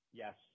yes